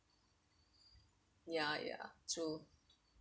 ya ya true